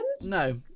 no